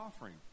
offering